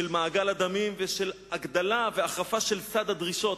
מעגל הדמים ושל הגדלה והחרפה של סף הדרישות.